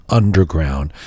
underground